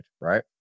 right